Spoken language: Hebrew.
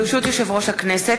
ברשות יושב-ראש הכנסת,